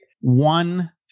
one